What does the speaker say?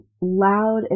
loud